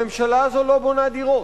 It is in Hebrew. הממשלה הזו לא בונה דירות.